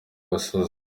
gasozi